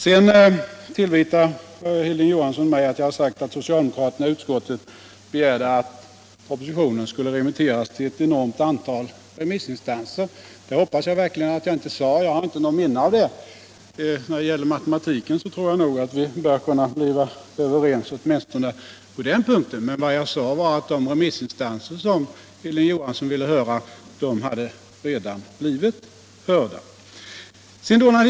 Hilding Johansson tillvitar mig att jag sagt att socialdemokraterna i utskottet begärt att propositionen skulle remitteras till ett enormt antal remissinstanser. Det hoppas jag verkligen att jag inte sade. Jag har heller inget minne av det. När det gäller matematiken tror jag att vi bör kunna bli överens, åtminstone på den här punkten. Vad jag sade var att de remissinstanser som Hilding Johansson ville höra redan hade blivit hörda.